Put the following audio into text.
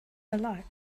alike